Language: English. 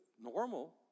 normal